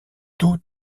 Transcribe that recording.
tout